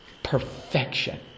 Perfection